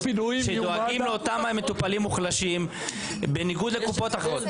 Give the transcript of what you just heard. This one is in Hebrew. שדואגים לאותם מטופלים מוחלשים בניגוד לקופות אחרות.